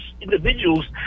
individuals